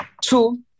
Two